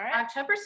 October